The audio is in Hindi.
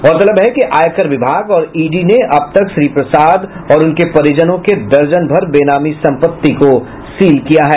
गौरतलब है कि आयकर विभाग और ईडी ने अब तक श्री प्रसाद और उनके परिजनों के दर्जन भर बेनामी संपत्ति को सील किया है